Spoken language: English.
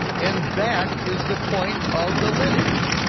and that is the point of the lineage.